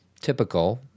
typical